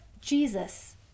Jesus